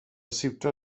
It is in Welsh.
siwtio